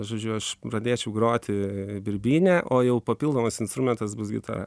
žodžius aš pradėčiau groti birbyne o jau papildomas instrumentas bus gitara